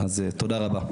תודה רבה.